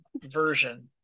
version